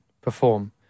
perform